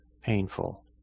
painful